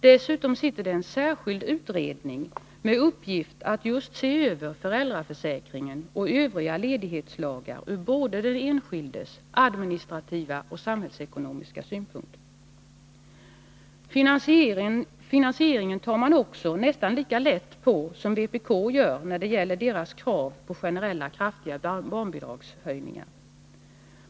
Dessutom sitter en särskild utredning med uppgift att se över föräldraförsäkringen och utreda ledighetslagar ur den enskildes liksom ur administrativa och samhällsekonomiska synpunkter. Finansieringen tar man också nästan lika lätt på som vpk gör när det gäller sina krav på generella kraftiga barnbidragshöjningar.